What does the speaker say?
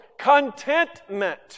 contentment